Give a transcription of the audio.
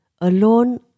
Alone